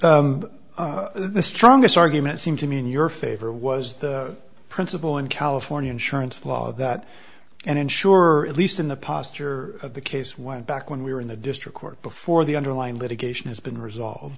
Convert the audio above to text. the strongest argument seem to me in your favor was the principal in california insurance law that an insurer at least in the posture of the case went back when we were in the district court before the underlying litigation has been resolved